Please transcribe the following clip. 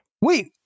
wait